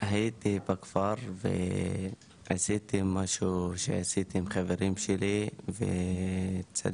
הייתי בכפר ועשיתי משהו שעשיתי עם חברים שלי וצילמו